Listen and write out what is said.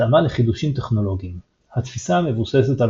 התאמה לחידושים טכנולוגיים התפיסה המבוססת על